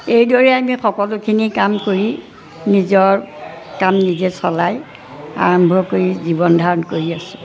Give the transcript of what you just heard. এইদৰে আমি সকলোখিনি কাম কৰি নিজৰ কাম নিজে চলাই আৰম্ভ কৰি জীৱন ধাৰণ কৰি আছোঁ